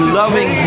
loving